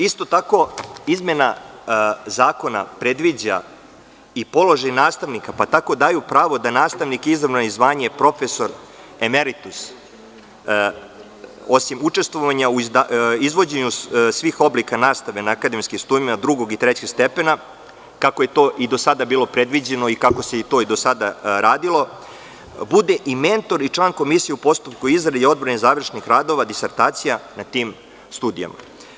Isto tako, izmena zakona predviđa i položaj nastavnika, pa tako daju pravo da nastavnik izabran na zvanje profesor emeritus, osim učestvovanja u izvođenju svih oblika nastave na akademskim studijama drugog i trećeg stepena, kako je to i do sada bilo predviđeno i kako se to do sada radilo, bude i mentor i član komisije u postupku izrade i odbrane završnih radova, disertacija na tim studijama.